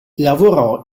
lavorò